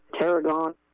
tarragon